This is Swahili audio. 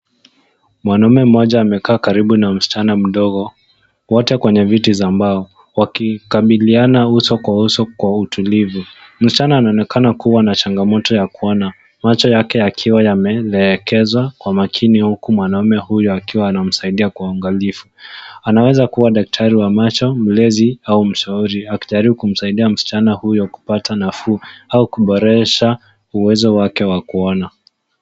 Mwanaume moja amekaa karibu na msichana mdogo wote kwenye viti za mbao wakikabiliana uso kwa uso kwa utulivu, msichana anaonekana kuwa na changamoto ya kuona, macho yake akiwa yameelekeshwa kwa makini huku mwanaume huyo akiwa anamsaidia kuangalivu, anaeza kuwa daktari wa macho, mlezi au mshauri akijaribu kumsaidia msichana huo kupata nafu au kuboresha uwezo wake wakuona.